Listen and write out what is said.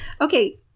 Okay